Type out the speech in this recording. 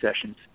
sessions